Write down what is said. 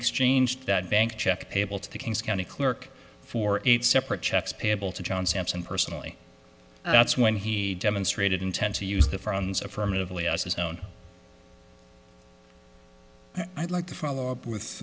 exchanged that bank check payable to the kings county clerk for eight separate checks payable to john sampson personally that's when he demonstrated intent to use the friends affirmatively as his own i'd like to follow up